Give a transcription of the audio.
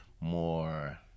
more